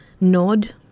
nod